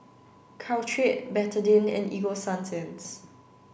Caltrate Betadine and Ego Sunsense